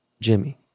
Jimmy